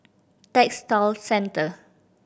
Textile Centre